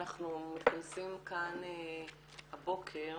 אנחנו מתכנסים כאן הבוקר